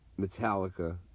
Metallica